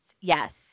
Yes